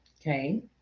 okay